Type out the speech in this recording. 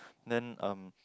then um